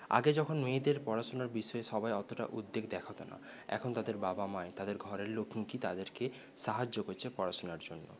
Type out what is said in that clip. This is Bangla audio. আগে যখন মেয়েদের পড়াশোনার বিষয়ে সবাই অতটা উদ্যোগ দেখতো না এখন তাদের বাবা মাই তাদের ঘরের লোকজনই তাদেরকে সাহায্য করছে পড়াশোনার জন্য